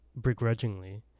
begrudgingly